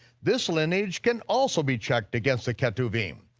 this lineage can also be checked against the ketuvim.